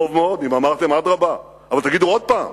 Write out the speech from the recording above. טוב מאוד, אם אמרתם, אדרבה, אבל תגידו עוד פעם,